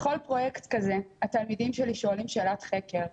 בכל פרויקט כזה התלמידים שלי שואלים שאלת חקר.